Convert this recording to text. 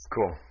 Cool